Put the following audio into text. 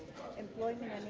employment